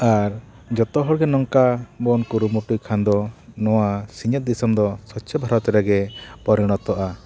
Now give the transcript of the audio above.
ᱟᱨ ᱡᱚᱛᱚ ᱦᱚᱲ ᱜᱮ ᱱᱚᱝᱠᱟ ᱵᱚᱱ ᱠᱩᱨᱩᱢᱩᱴᱩᱭ ᱠᱷᱟᱱ ᱫᱚ ᱱᱚᱣᱟ ᱥᱤᱧᱚᱛ ᱫᱤᱥᱚᱢ ᱫᱚ ᱥᱚᱪᱪᱷᱚ ᱵᱷᱟᱨᱚᱛ ᱨᱮᱜᱮ ᱯᱚᱨᱤᱱᱚᱛᱜᱼᱟ